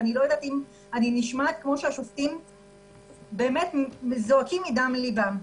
ואני לא יודעת אם אני נשמעת כמו שהשופטים זועקים מדם לבם.